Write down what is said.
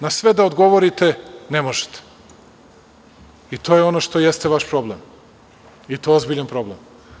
Na sve da odgovorite ne možete, i to je ono što jeste vaš problem, i to ozbiljan problem.